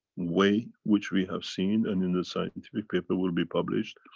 way which we have seen and in the scientific paper will be published.